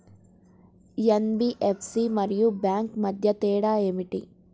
NBFC మరియు bank మధ్య తేడా ఏమిటీ?